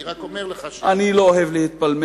אני רק אומר לך אני לא אוהב להתפלמס.